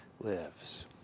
lives